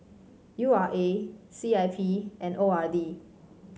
U R A C I P and O R D